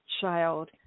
child